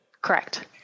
Correct